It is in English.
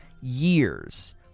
years